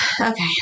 okay